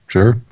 Sure